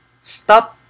stop